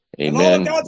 amen